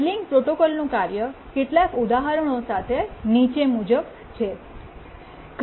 ceiling પ્રોટોકોલનું કાર્ય કેટલાક ઉદાહરણો સાથે નીચે મુજબ છે